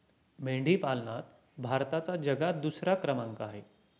मेंढी पालनात भारताचा जगात दुसरा क्रमांक आहे